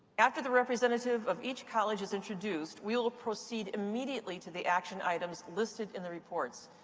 after the representative of each college is introduced, we will proceed immediately to the action items listed in the reports.